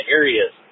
areas